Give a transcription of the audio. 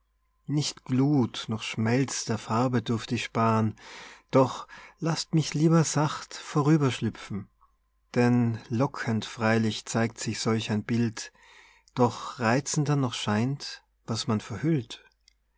nicht glut noch schmelz der farbe dürft ich sparen doch laßt mich lieber sacht vorüberschlüpfen denn lockend freilich zeigt sich solch ein bild doch reizender noch scheint was man verhüllt